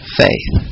faith